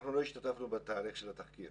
אנחנו לא השתתפנו בתהליך של התחקיר.